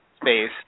space